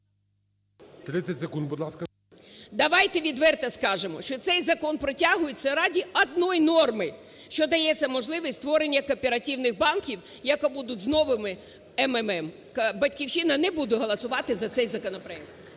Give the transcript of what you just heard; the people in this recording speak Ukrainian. Давайте відверто скажемо, що цей закон протягується ради одної норми: що дається можливість створення кооперативних банків, які будуть новими МММ. "Батьківщина" не буде голосувати за цей законопроект.